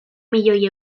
milioi